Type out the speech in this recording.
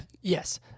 Yes